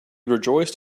rejoiced